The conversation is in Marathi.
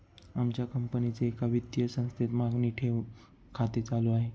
आमच्या कंपनीचे एका वित्तीय संस्थेत मागणी ठेव खाते चालू आहे